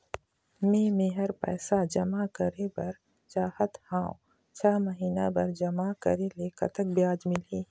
मे मेहर पैसा जमा करें बर चाहत हाव, छह महिना बर जमा करे ले कतक ब्याज मिलही?